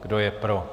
Kdo je pro?